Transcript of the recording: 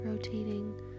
rotating